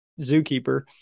zookeeper